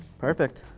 perfect,